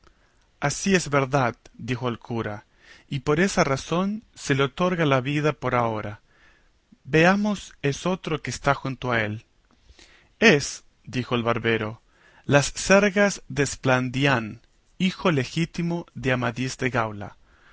así es verdad dijo el cura y por esa razón se le otorga la vida por ahora veamos esotro que está junto a él es dijo el barbero las sergas de esplandián hijo legítimo de amadís de gaula